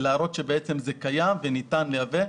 להראות שזה קיים וניתן לייבא.